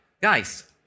Guys